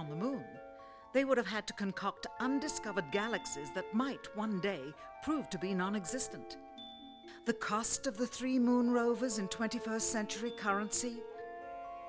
on the moon they would have had to concoct undiscovered galaxies that might one day prove to be nonexistent the cost of the three moon rovers in twenty first century currency